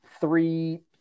three